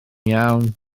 iawn